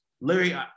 Larry